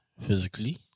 physically